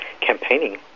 campaigning